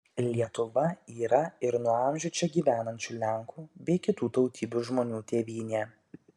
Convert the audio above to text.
lietuva yra ir nuo amžių čia gyvenančių lenkų bei kitų tautybių žmonių tėvynė